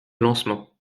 lancement